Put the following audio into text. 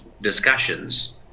discussions